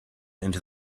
into